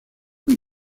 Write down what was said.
muy